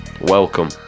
welcome